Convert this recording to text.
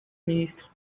ministre